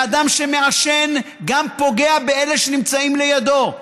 ואדם שמעשן גם פוגע באלה שנמצאים לידו,